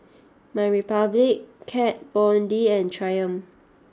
MyRepublic Kat Von D and Triumph